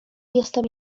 jestem